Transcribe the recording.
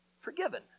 forgiven